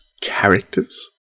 characters